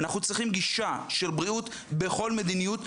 אנחנו צריכים גישה של בריאות בכל מדיניות.